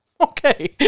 Okay